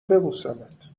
ببوسمت